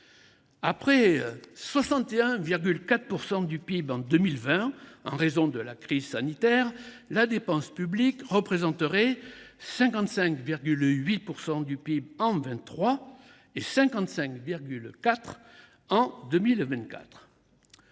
61,4 % du PIB en 2020, en raison de la crise sanitaire, la dépense publique représenterait 55,8 % du PIB en 2023 et 55,4 % du